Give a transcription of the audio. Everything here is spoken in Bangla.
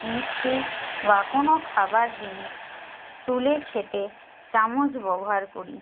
মিষ্টি বা কোনো খাবার জিনিস তুলে খেতে চামচ ব্যবহার করি